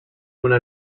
una